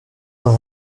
vint